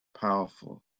powerful